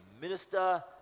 minister